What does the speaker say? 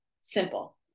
simple